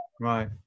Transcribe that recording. Right